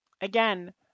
again